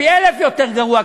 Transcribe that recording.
פי-אלף יותר גרוע,